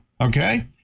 Okay